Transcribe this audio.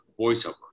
voiceover